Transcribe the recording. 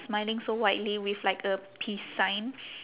smiling so widely with like a peace sign